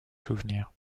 souvenirs